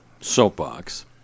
soapbox